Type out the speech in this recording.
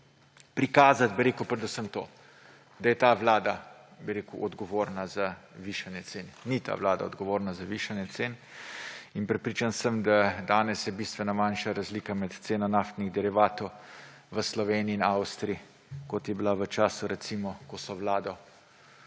prikazati predvsem to, da je ta vlada odgovorna za višanje cen. Ni ta vlada odgovorna za višanje cen in prepričan sem, da danes je bistveno manjša razlika med ceno naftnih derivatov v Sloveniji in Avstriji, kot je bila v času, recimo, ko so vlado,